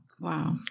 Wow